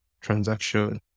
transaction